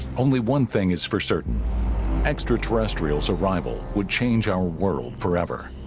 only one thing is for certain extraterrestrials arrival would change our world forever